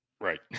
Right